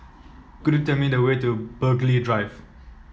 could you tell me the way to Burghley Drive